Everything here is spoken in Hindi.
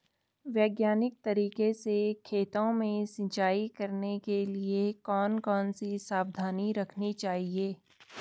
वैज्ञानिक तरीके से खेतों में सिंचाई करने के लिए कौन कौन सी सावधानी रखनी चाहिए?